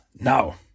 now